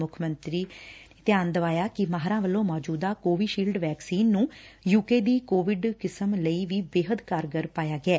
ਮੁੱਖ ਮੰਤਰੀ ਧਿਆਨ ਦਵਾਇਆ ਕਿ ਮਾਹਿਰਾਂ ਵੱਲੋਂ ਮੋਂਜੁਦਾ ਕੋਵੀਸ਼ੀਲਡ ਵੈਕਸੀਨ ਨੂੰ ਯੂ ਕੇ ਦੀ ਕੋਵਿਡ ਕਿਸਮ ਲਈ ਵੀ ਬੇਹੱਦ ਕਾਰਗਰ ਪਾਇਆ ਗਿਐ